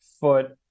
foot